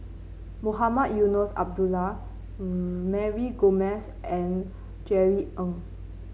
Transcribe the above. Mohamed Eunos Abdullah Mary Gomes and Jerry Ng